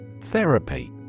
Therapy